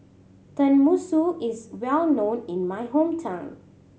tenmusu is well known in my hometown